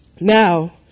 Now